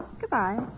Goodbye